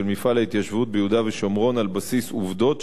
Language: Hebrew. מפעל ההתיישבות ביהודה ושומרון על בסיס עובדות,